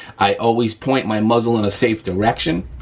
i always point my muzzle in a safe direction.